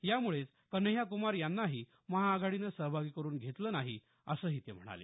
यामुळेच कन्हैया क्मार यांनाही महाआघाडीनं सहभागी करून घेतलं नाही असंही ते म्हणाले